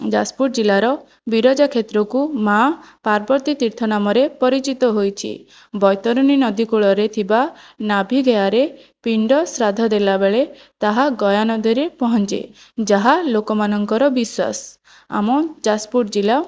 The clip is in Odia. ଯାଜପୁର ଜିଲ୍ଲାର ବିରଜାକ୍ଷେତ୍ରକୁ ମା' ପାର୍ବତୀ ତୀର୍ଥ ନାମରେ ପରିଚିତ ହୋଇଛି ବୈତରଣୀ ନଦୀ କୂଳରେ ଥିବା ନାଭିଗୟାରେ ପିଣ୍ଡ ଶ୍ରାଦ୍ଧ ଦେଲାବେଳେ ତାହା ଗୟା ନଦୀରେ ପହଞ୍ଚେ ଯାହା ଲୋକମାନଙ୍କର ବିଶ୍ଵାସ ଆମ ଯାଜପୁର ଜିଲ୍ଲା